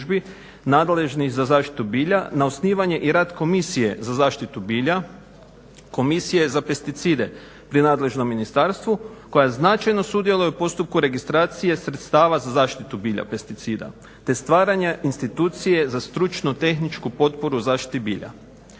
nadležnih za zaštitu bilja, na osnivanje i rad Komisije za zaštitu bilja, Komisije za pesticide pri nadležnom ministarstvu koja značajno sudjeluje u postupku registracije sredstava za zaštitu bilja pesticida, te stvaranje institucije za stručnu tehničku potporu zaštiti bilja.